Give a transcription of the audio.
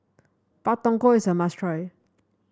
Pak Thong Ko is a must try